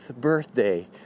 birthday